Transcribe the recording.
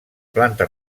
planta